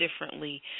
differently